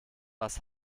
was